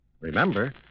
Remember